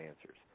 answers